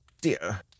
dear